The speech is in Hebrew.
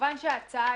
כמובן שההצעה